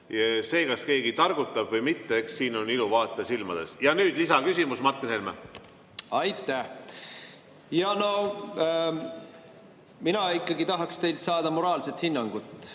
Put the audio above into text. See, kas keegi targutab või mitte, eks siin on ilu vaataja silmades. Ja nüüd lisaküsimus, Martin Helme. Aitäh! No mina ikka tahaksin teilt saada moraalset hinnangut,